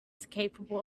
capable